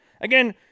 Again